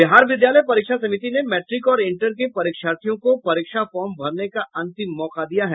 बिहार विद्यालय परीक्षा समिति ने मैट्रिक और इंटर के परीक्षार्थियों को परीक्षा फॉर्म भरने का अंतिम मौका दिया है